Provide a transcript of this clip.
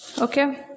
Okay